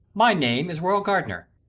my name is royal gardner.